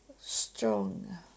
strong